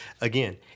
again